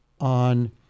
on